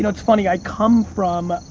it's funny. i come from